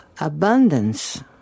abundance